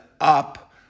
up